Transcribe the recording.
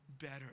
better